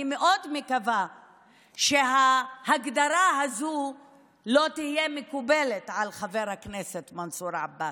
אני מאוד מקווה שההגדרה הזו לא תהיה מקובלת על חבר הכנסת מנסור עבאס.